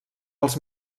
als